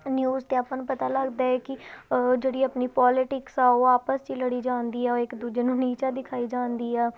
news ਤੋਂ ਆਪਾਂ ਨੂੰ ਪਤਾ ਲੱਗਦਾ ਹੈ ਕਿ ਜਿਹੜੀ ਆਪਣੀ ਪੋਲੀਟਿਕਸ ਆ ਉਹ ਆਪਸ 'ਚ ਹੀ ਲੜੀ ਜਾਣ ਦੀ ਆ ਉਹ ਇੱਕ ਦੂਜੇ ਨੂੰ ਨੀਚਾ ਦਿਖਾਈ ਜਾਣ ਦੀ ਆ